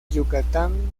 yucatán